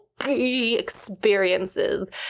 experiences